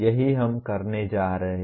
यही हम करने जा रहे हैं